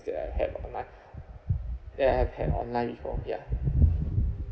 that I had on online that I have had online before ya